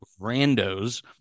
randos